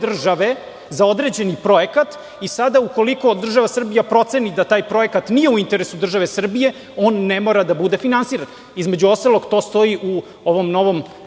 države za određeni projekat i ukoliko država Srbija proceni da taj projekat nije u interesu države Srbije, on ne mora da bude finansiran. To stoji u ovom novom